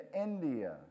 India